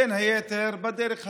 בין היתר הדרך החוקתית,